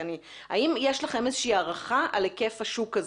האם יש לכם איזו שהיא הערכה על היקף השוק הזה?